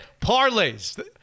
parlays